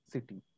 City